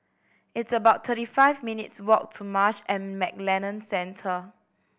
it's about thirty five minutes' walk to Marsh and McLennan Centre